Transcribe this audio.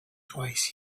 twice